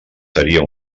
seria